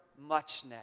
muchness